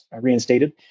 reinstated